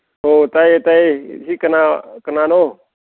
ꯑꯣ ꯇꯥꯏꯌꯦ ꯇꯥꯏꯌꯦ ꯑꯁꯤ ꯀꯅꯥ ꯀꯅꯥꯅꯣ